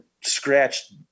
scratched